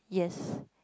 yes